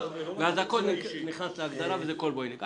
ואז הכול נכנס להגדרה חריגה וזה כולבויניק.